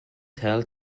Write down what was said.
tell